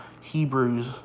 Hebrews